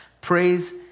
praise